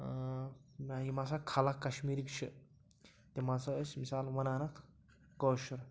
نہ یِم ہَسا خلق کشمیٖرٕکۍ چھِ تِم ہَسا ٲسۍ مِثال وَنان اَتھ کٲشُر